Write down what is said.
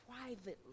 privately